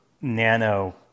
nano